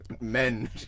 men